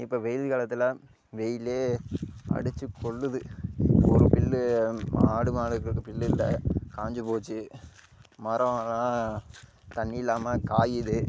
இப்போ வெயில் காலத்தில் வெயில்லே அடித்து கொல்லுது ஒரு பில்லு ஆடு மாடுக்கு பில்லு இல்லை காய்ஞ்சி போச்சு மரம்லாம் தண்ணி இல்லாமல் காயிது